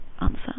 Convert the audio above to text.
answer